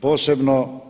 Posebno